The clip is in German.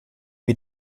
wie